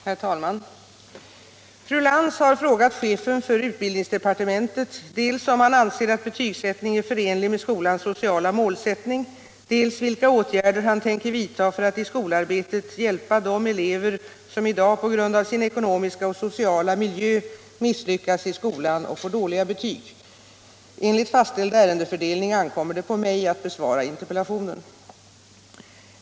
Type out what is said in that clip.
Herr talman! Fru Lantz har frågat chefen för utbildningsdepartementet dels om han anser att betygsättning är förenlig med skolans sociala målsättning, dels vilka åtgärder han tänker vidta för att i skolarbetet hjälpa 10 de elever som i dag på grund av sin ekonomiska och sociala miljö misslyckas i skolan och får dåliga betyg. Enligt fastställd ärendefördelning ankommer det på mig att besvara interpellationen.